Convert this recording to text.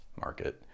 market